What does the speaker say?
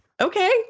okay